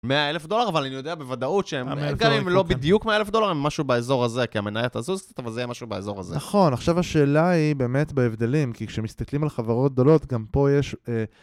מאה אלף דולר, אבל אני יודע בוודאות שהם גם אם לא בדיוק מאה אלף דולר, הם משהו באזור הזה. כי המניה תזוז, אבל זה יהיה משהו באזור הזה. נכון, עכשיו השאלה היא באמת בהבדלים, כי כשמסתכלים על חברות גדולות, גם פה יש